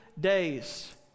days